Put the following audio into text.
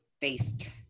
based